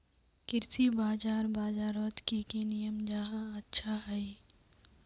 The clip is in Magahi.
कृषि बाजार बजारोत की की नियम जाहा अच्छा हाई?